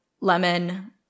lemon